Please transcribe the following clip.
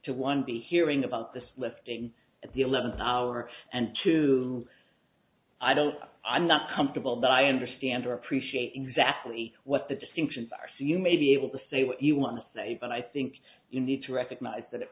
to one be hearing about this let's begin at the eleventh hour and two i don't i'm not comfortable but i understand or appreciate exactly what the distinctions are so you may be able to say what you want to say but i think you need to recognize that it